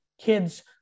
kids